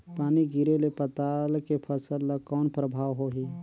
पानी गिरे ले पताल के फसल ल कौन प्रभाव होही?